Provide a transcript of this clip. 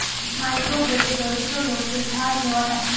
micro credit দরিদ্র লোকদের ধার লেওয়া টাকা